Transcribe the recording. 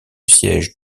siège